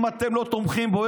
אם אתם לא תומכים בו,